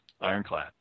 ironclad